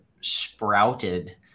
sprouted